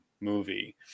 movie